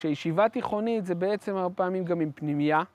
שישיבה תיכונית זה בעצם הרבה פעמים גם עם פנימייה.